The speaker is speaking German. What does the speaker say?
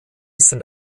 sind